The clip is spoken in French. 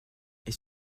est